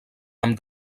amb